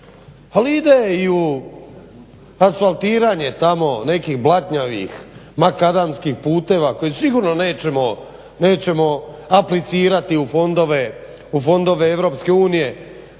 Ali ide i u asfaltiranje tamo nekih blatnjavih makadamskih puteva koje sigurno nećemo aplicirati u fondove EU, a ne